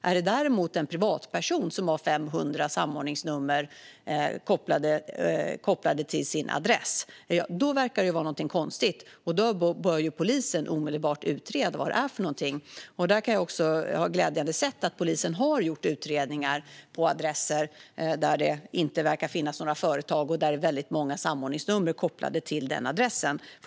Är det däremot en privatperson som har 500 samordningsnummer kopplade till sin adress verkar det konstigt, och då bör polisen omedelbart utreda det. Jag har glädjande nog sett att polisen har gjort utredningar när det gäller adresser där det inte verkar finnas några företag och som väldigt många samordningsnummer är kopplade till.